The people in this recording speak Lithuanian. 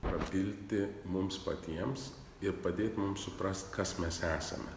prabilti mums patiems ir padėt mums suprast kas mes esame